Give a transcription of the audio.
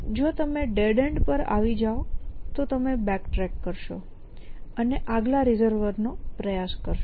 અને જો તમે ડેડ એન્ડ પર આવી જાઓ તો તમે બેક ટ્રેક કરશો અને આગલા રિઝોલ્વર નો પ્રયાસ કરશો